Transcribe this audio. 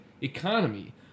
economy